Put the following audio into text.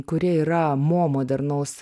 kurie yra mo modernaus